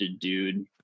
dude